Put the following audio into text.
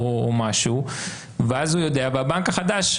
והבנק החדש,